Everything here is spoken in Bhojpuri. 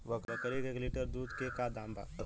बकरी के एक लीटर दूध के का दाम बा?